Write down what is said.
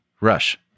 Rush